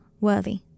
worthy